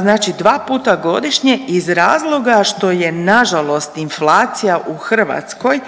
znači dva puta godišnje iz razloga što je nažalost inflacija u Hrvatskoj,